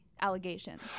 allegations